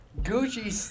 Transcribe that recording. Gucci